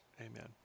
Amen